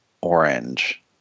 orange